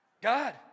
God